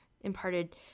imparted